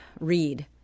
read